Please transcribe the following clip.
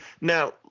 Now